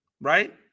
right